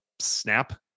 snap